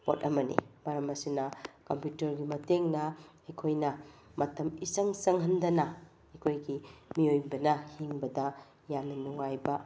ꯄꯣꯠ ꯑꯃꯅꯤ ꯃꯔꯝ ꯑꯁꯤꯅ ꯀꯝꯄ꯭ꯌꯨꯇ꯭ꯔꯒꯤ ꯃꯇꯦꯡꯅ ꯑꯩꯈꯣꯏꯅ ꯃꯇꯝ ꯏꯆꯪ ꯆꯪꯍꯟꯗꯅ ꯑꯩꯈꯣꯏꯒꯤ ꯃꯤꯑꯣꯏꯕꯅ ꯍꯤꯡꯕꯗ ꯌꯥꯝꯅ ꯅꯨꯉꯥꯏꯕ